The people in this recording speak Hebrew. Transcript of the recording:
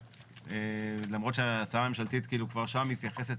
למרות שההצעה הממשלתית כבר שם מתייחסת